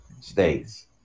states